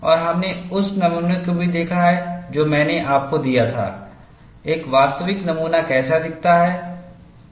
और हमने उस नमूने को भी देखा है जो मैंने आपको दिया था एक वास्तविक नमूना कैसा दिखता है